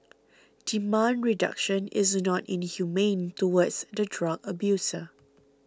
demand reduction is not inhumane towards the drug abuser